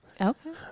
Okay